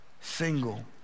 single